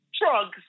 drugs